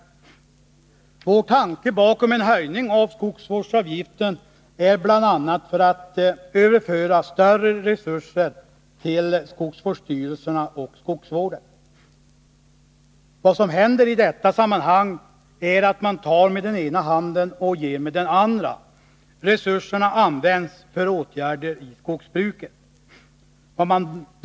Tanken bakom vårt förslag om en höjning av skogsvårdsavgiften är bl.a. att större resurser bör överföras till skogsvårdsstyrelserna och skogsvården. Här tar man med den ena handen och ger med den andra: resurserna används för åtgärder inom skogsbruket.